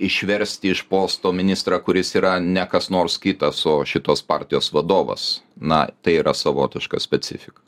išversti iš posto ministrą kuris yra ne kas nors kitas o šitos partijos vadovas na tai yra savotiška specifika